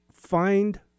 Find